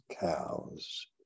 cows